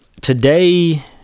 today